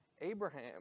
Abraham